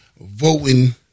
voting